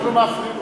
אנחנו מפריעים לו.